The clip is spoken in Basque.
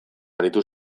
aritu